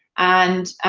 and